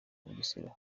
bugesera